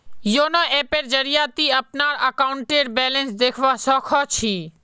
YONO ऐपेर जरिए ती अपनार अकाउंटेर बैलेंस देखवा सख छि